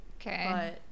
Okay